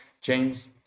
James